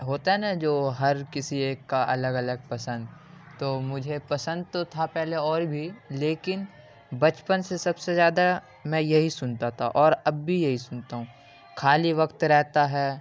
ہوتا ہے نا جو ہر کسی ایک کا الگ الگ پسند تو مجھے پسند تو تھا پہلے اور بھی لیکن بچپن سے سب سے زیادہ میں یہی سنتا تھا اور اب بھی یہی سنتا ہوں کھالی وقت رہتا ہے